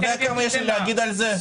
אתה יודע כמה יש לי להגיד על זה?